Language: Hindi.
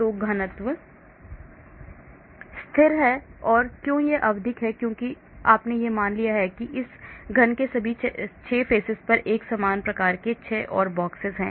तो घनत्व स्थिर है और क्यों यह आवधिक है क्योंकि आपने यह मान लिया है कि इस घन के सभी 6 चेहरों पर समान प्रकार के 6 और बक्से हैं